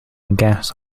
guest